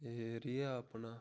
area अपना